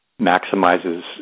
maximizes